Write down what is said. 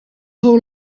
whole